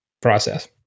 process